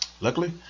Luckily